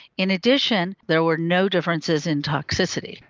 in addition there were no differences in toxicity.